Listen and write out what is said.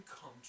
come